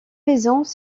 maisons